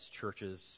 churches